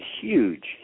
huge